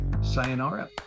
sayonara